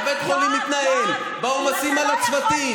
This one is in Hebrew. איך בית חולים מתנהל בעומסים על הצוותים,